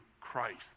Christ